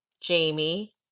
Jamie